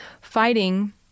fighting